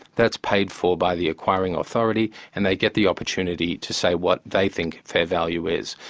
that's paid for by the acquiring authority and they get the opportunity to say what they think fair value is.